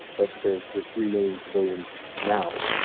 but there's there's three million civilians now.